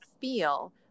feel